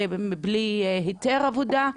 בלי היתר עבודה,